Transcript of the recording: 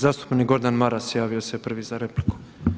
Zastupnik Gordan Maras javio se prvi za repliku.